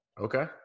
Okay